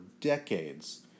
decades